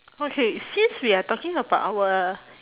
okay since we are talking about our